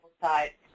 side